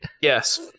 Yes